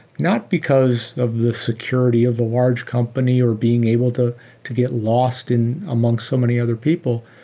not because of the security of a large company or being able to to get lost and among so many other people,